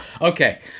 Okay